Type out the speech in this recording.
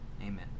Amen